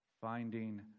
finding